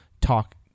talk